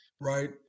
right